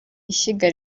ishyiga